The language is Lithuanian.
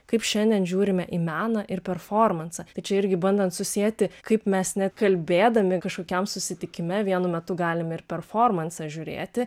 kaip šiandien žiūrime į meną ir performansą čia irgi bandant susieti kaip mes net kalbėdami kažkokiam susitikime vienu metu galim ir performansą žiūrėti